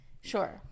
Sure